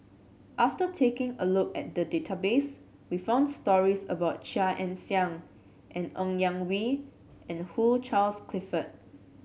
after taking a look at the database we found stories about Chia Ann Siang and Ng Yak Whee and Hugh Charles Clifford